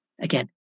Again